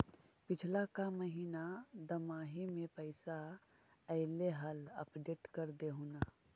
पिछला का महिना दमाहि में पैसा ऐले हाल अपडेट कर देहुन?